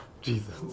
Jesus